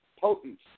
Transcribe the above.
potent